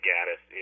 Gaddis